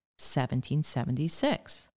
1776